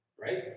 Right